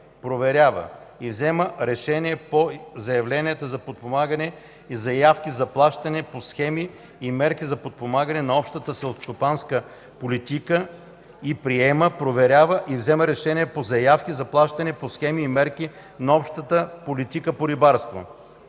проверява и взема решение по заявления за подпомагане и заявки за плащане по схеми и мерки за подпомагане на Общата селскостопанска политика и приема, проверява и взема решение по заявки за плащане по схеми и мерки на Общата политика по рибарство;”